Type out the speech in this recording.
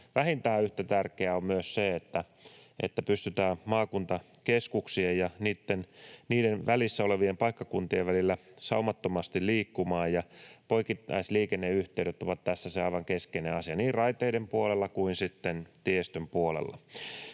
vähintään yhtä tärkeää, on myös se, että pystytään maakuntakeskuksien ja niiden välissä olevien paikkakuntien välillä saumattomasti liikkumaan, ja poikittaisliikenneyhteydet ovat tässä se aivan keskeinen asia niin raiteiden puolella kuin sitten tiestön puolella.